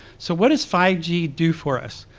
so what does five g do for us?